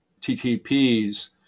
TTPs